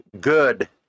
good